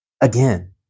Again